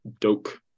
Doke